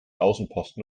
außenposten